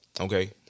Okay